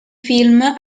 film